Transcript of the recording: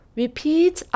repeat